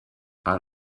out